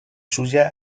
suya